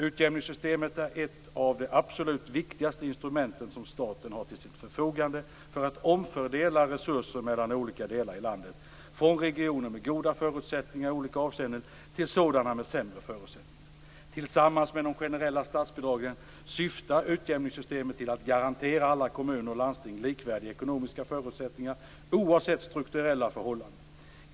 Utjämningssystemet är ett av de absolut viktigaste instrumenten som staten har till sitt förfogande för att omfördela resurser mellan olika delar av landet, från regioner med goda förutsättningar i olika avseenden till sådana med sämre förutsättningar. Tillsammans med de generella statsbidragen syftar utjämningssystemet till att garantera alla kommuner och landsting likvärdiga ekonomiska förutsättningar oavsett strukturella förhållanden.